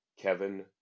Kevin